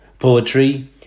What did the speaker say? Poetry